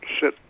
sit